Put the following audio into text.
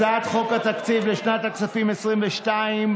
הצעת חוק התקציב לשנת הכספים 2022,